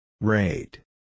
Rate